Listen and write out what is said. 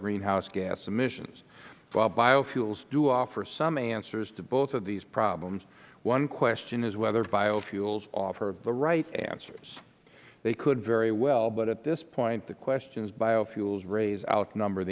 greenhouse gas emissions while biofuels do offer some answers to both of these problems one question is whether biofuels offer the right answers they could very well but at this point the questions biofuels raise outnumber